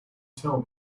tell